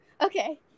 okay